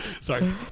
Sorry